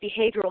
behavioral